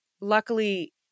luckily